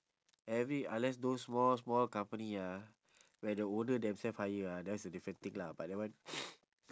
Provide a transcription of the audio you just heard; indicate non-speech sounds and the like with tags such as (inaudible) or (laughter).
every unless those small small company ah where the owner themselves hire ah that one's a different thing lah but that one (noise)